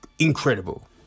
Incredible